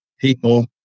people